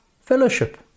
fellowship